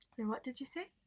and what did you say?